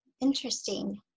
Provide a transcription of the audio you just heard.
Interesting